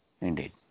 Indeed